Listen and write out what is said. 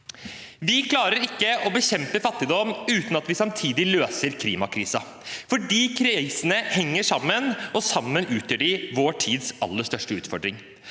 Vi klarer ikke å bekjempe fattigdom uten at vi samtidig løser klimakrisen, for disse krisene henger sammen, og sammen utgjør de vår tids aller største utfordring.